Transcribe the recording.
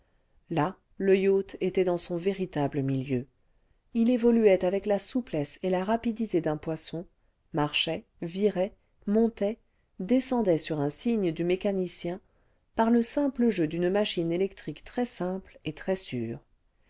là le yacht était dans son véritable milieu il évoluait avec la souplesse et la rapidité d'un poisson marchait virait montait descendait sur un signe du mécanicien par le simple jeu d'une machine électrique très simple et très sûre